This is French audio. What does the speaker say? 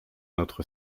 notre